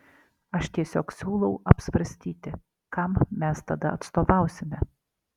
aš tiesiog siūlau apsvarstyti kam mes tada atstovausime